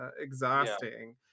exhausting